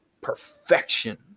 perfection